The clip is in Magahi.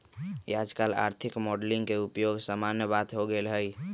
याजकाल आर्थिक मॉडलिंग के उपयोग सामान्य बात हो गेल हइ